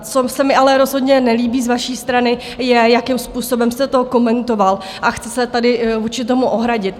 Co se mi ale rozhodně nelíbí z vaší strany, je, jakým způsobem jste to komentoval, a chci se tady vůči tomu ohradit.